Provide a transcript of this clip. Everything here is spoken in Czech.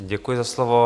Děkuji za slovo.